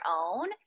own